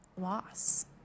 loss